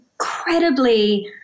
incredibly